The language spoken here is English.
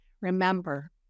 Remember